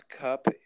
cup